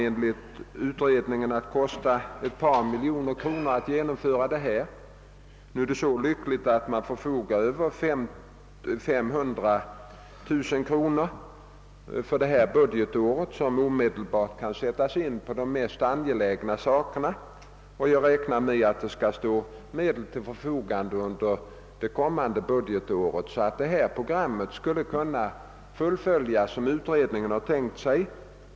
Enligt utredningen kommer det att kosta ett par miljoner kronor att genomföra detta. Emellertid förfogar man lyckligtvis över 500 000 kronor för detta budgetår som omedelbart kan användas för de mest angelägna undersökningarna. Jag räknar med att även under det kommande budgetåret medel skall stå till förfogande så att det program som utredningen har tänkt sig skall kunna fullföljas.